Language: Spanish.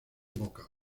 boca